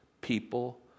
people